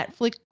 netflix